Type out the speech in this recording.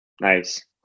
Nice